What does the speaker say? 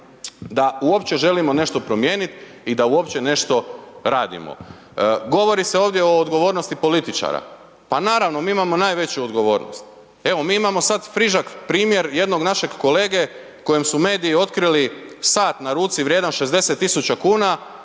da uopće želimo nešto promijeniti i da uopće nešto radimo. Govori se ovdje o odgovornosti političara. Pa naravno mi imamo najveću odgovornost, evo mi imamo sada friški primjer jednog našeg kolege kojem su mediji otkrili sat na ruci vrijedan 60 tisuća